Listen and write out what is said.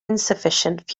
insufficient